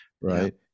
right